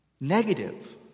Negative